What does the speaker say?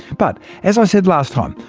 but as i said last time,